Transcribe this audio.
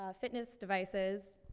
ah fitness devices,